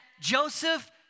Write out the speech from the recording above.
Joseph